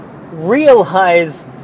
realize